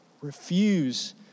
refuse